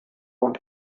und